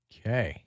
Okay